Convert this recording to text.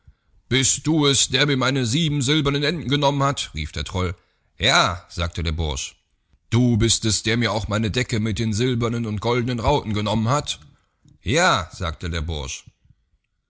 bist du es der mir meine sieben silbernen enten genommen hat rief der troll ja a sagte der bursch hast du nun auch meine silberne bettdecke mit den silbernen und goldnen rauten genommen ja a sagte der bursch